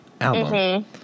album